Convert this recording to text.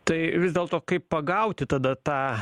tai vis dėlto kaip pagauti tada tą